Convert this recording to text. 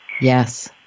Yes